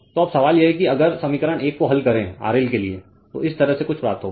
तो अब सवाल यह है कि अगर समीकरण 1 को हल करें RLके लिए तो इस तरह से कुछ प्राप्त होगा